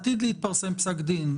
עתיד להתפרסם פסק דין.